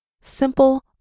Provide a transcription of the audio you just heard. simple